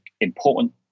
important